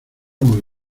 muy